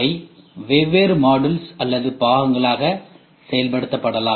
அவை வெவ்வேறு மாடுல்ஸ் அல்லது பாகங்களால் செயல்படுத்தப்படலாம்